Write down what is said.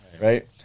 right